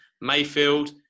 Mayfield